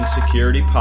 Security